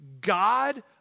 God